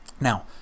Now